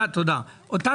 אנחנו